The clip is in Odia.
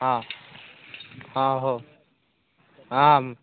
ହଁ ହଁ ହଉ ହଁ